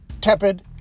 Tepid